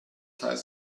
heißt